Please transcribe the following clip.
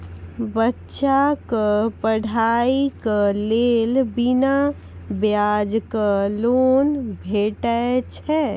बच्चाक पढ़ाईक लेल बिना ब्याजक लोन भेटै छै?